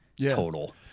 total